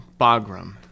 bagram